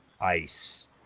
ice